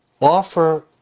offer